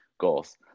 goals